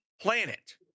planet